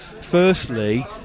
Firstly